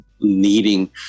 needing